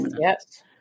Yes